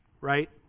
right